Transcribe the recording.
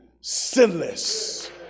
sinless